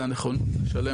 זה הנכונות לשלם